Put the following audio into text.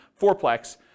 fourplex